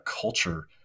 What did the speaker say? culture